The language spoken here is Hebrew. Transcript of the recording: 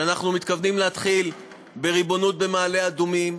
ואנחנו מתכוונים להתחיל בריבונות במעלה-אדומים.